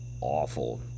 awful